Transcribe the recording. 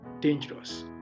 dangerous